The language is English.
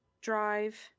drive